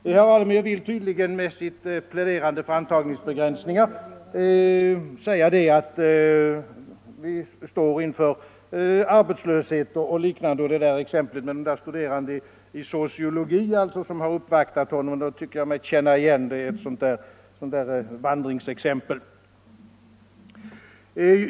Herr Alemyr vill med sitt pläderande för antagningsbegränsningar säga att vi står inför arbetslöshet och liknande. Exemplet med de studerande i sociologi som har uppvaktat honom tycker jag mig känna igen — det är ett sådant där vandringsexempel.